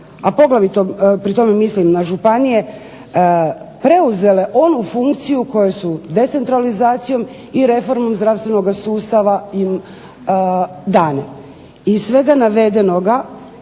a poglavito pri tome mislim na županije, preuzele onu funkciju koju su decentralizacijom i reformom zdravstvenog sustava im dane. Iz svega navedenoga